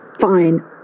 fine